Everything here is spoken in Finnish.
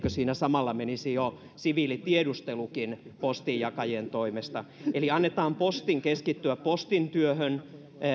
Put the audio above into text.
siinä samalla menisi jo siviilitiedustelukin postinjakajien toimesta eli annetaan postin keskittyä postin työhön